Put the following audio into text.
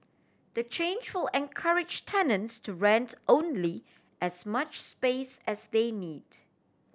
the change will encourage tenants to rents only as much space as they need